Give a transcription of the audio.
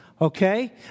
Okay